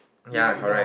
ya correct